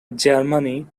germany